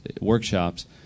workshops